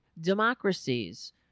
democracies